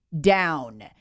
down